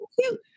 cute